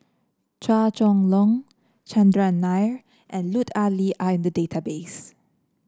Chua Chong Long Chandran Nair and Lut Ali are in the database